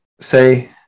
say